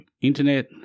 internet